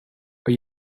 are